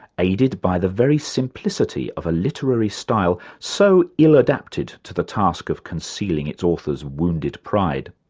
aided by the very simplicity of a literary style so illadapted to the task of concealing its author's wounded pride.